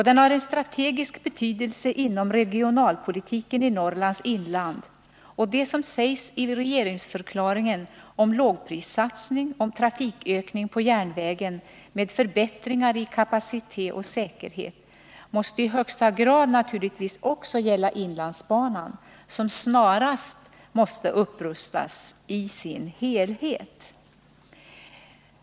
Den har en strategisk betydelse inom regionalpolitiken i Norrlands inland, och det som sägs i regeringsförklaringen om lågprissatsning och trafikökning på järnvägen med förbättringar i kapacitet och säkerhet måste i högsta grad naturligtvis också gälla inlandsbanan, som snarast måste upprustas i sin helhet.